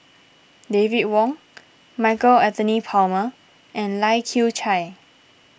David Wong Michael Anthony Palmer and Lai Kew Chai